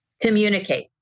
Communicate